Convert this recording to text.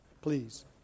please